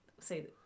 say